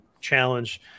challenge